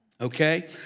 okay